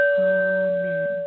Amen